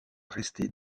rester